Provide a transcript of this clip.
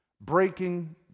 Breaking